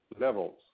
levels